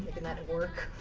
and that that work?